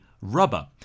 rubber